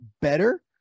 better